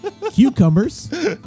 Cucumbers